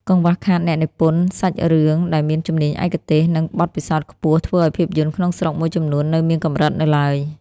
កង្វះខាតអ្នកនិពន្ធសាច់រឿងដែលមានជំនាញឯកទេស និងបទពិសោធន៍ខ្ពស់ ធ្វើឱ្យភាពយន្តក្នុងស្រុកមួយចំនួននៅមានកម្រិតនៅឡើយ។